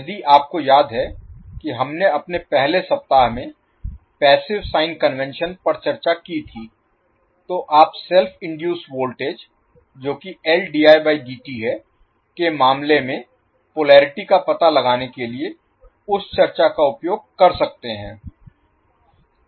यदि आपको याद है कि हमने अपने पहले सप्ताह में पैसिव साइन कन्वेंशन पर चर्चा की थी तो आप सेल्फ इनडुइस वोल्टेज जो कि है के मामले में पोलेरिटी का पता लगाने के लिए उस चर्चा का उपयोग कर सकते हैं